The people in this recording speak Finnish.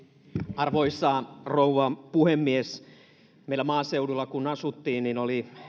arvoisa rouva puhemies maaseudulla kun asuttiin meillä oli